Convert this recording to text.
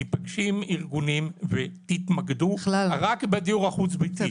תיפגשי עם ארגונים ותתמקדו רק בדיור החוץ ביתי.